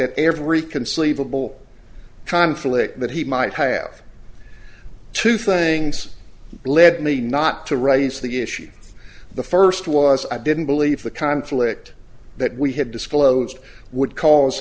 at every conceivable conflict that he might have two things lead me not to raise the issue the first was i didn't believe the conflict that we had disclosed would cause